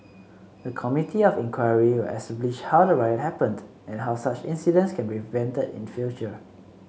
the Committee of Inquiry will establish how the riot happened and how such incidents can be prevented in future